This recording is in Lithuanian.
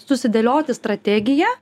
susidėlioti strategiją